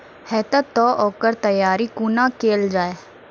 हेतै तअ ओकर तैयारी कुना केल जाय?